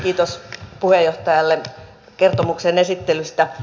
kiitos puheenjohtajalle kertomuksen esittelystä